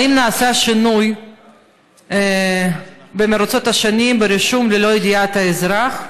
1. האם נעשה שינוי ברישום במרוצת השנים ללא ידיעת האזרח?